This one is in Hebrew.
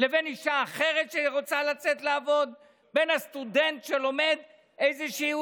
אתה לא יכול להוריד מע"מ על דבר ולהשאיר